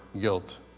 guilt